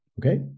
Okay